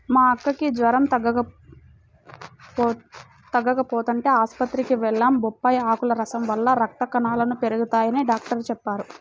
మా అక్కకి జెరం తగ్గకపోతంటే ఆస్పత్రికి వెళ్లాం, బొప్పాయ్ ఆకుల రసం వల్ల రక్త కణాలు పెరగతయ్యని డాక్టరు చెప్పారు